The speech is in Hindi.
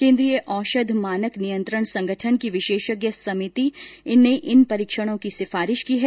केन्द्रीय औषध मानक नियंत्रण संगठन की विशेषज्ञ समिति ने इन परीक्षणों की सिफारिश की है